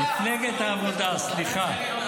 מפלגת העבודה, סליחה.